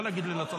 לא להגיד לי לעצור.